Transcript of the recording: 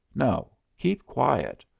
no, keep quiet.